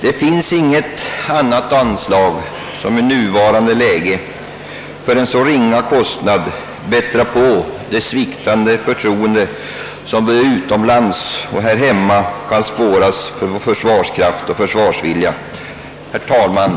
Det finns inte något annat anslag som i nuvarande läge för en så ringa kostnad bättrar på det sviktande förtroende som både utomlanras och här hemma kan spåras för vår försvarskraft och försvarsvilja. Herr talman!